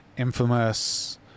infamous